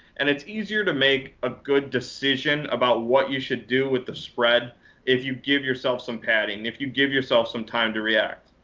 and it's easier to make a good decision about what you should do with the spread if you give yourself some padding, if you give yourself some time to react.